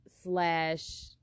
slash